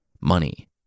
Money